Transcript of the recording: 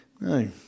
no